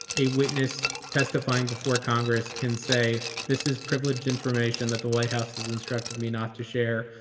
a witness testifying before congress can say this is privileged information that the white house has instructed me not to share,